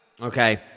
Okay